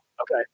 Okay